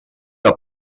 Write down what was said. que